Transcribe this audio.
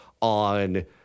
on